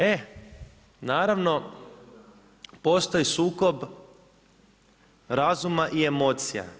E, naravno, postoji sukob razuma i emocija.